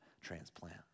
transplant